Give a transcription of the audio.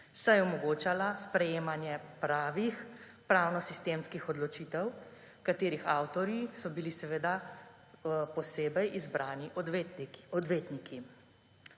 saj je omogočala sprejemanje pravih pravnosistemskih odločitev, katerih avtorji so bili seveda posebej izbrani odvetniki.